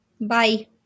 Bye